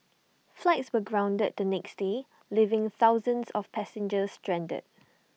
flights were grounded the next day leaving thousands of passengers stranded